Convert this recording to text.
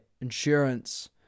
insurance